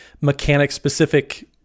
mechanic-specific